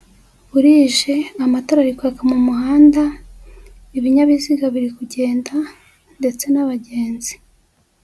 Burije amatara ari kwaka mu muhanda, ibinyabiziga biri kugenda ndetse n'abagenzi,